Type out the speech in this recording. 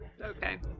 Okay